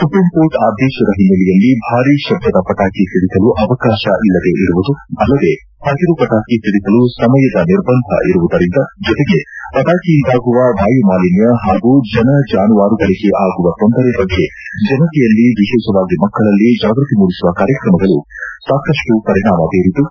supreme court ಆದೇಶದ ಹಿನ್ನೆಲೆಯಲ್ಲಿ ಭಾರೀ ಶಬ್ದದ ಪಟಾಕಿ ಸಿಡಿಸಲು ಅವಕಾಶ ಇಲ್ಲದೇ ಇರುವುದು ಅಲ್ಲದೇ ಪಸಿರು ಪಟಾಕಿ ಸಿಡಿಸಲು ಸಮಯದ ನಿರ್ಬಂಧ ಇರುವುದರಿಂದ ಜೊತೆಗೆ ಪಟಾಕಿಯಿಂದಾಗುವ ವಾಯುಮಾಲಿನ್ನ ಹಾಗೂ ಜನ ಜಾನುವಾರುಗಳಿಗೆ ಆಗುವ ತೊಂದರೆ ಬಗ್ಗೆ ಜನತೆಯಲ್ಲಿ ವಿಶೇಷವಾಗಿ ಮಕ್ಕಳಲ್ಲಿ ಜಾಗೃತಿ ಮೂಡಿಸುವ ಕಾರ್ಯಕ್ರಮಗಳು ಸಾಕಷ್ಟು ಪರಿಣಾಮ ಬೀರಿದ್ದು